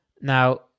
Now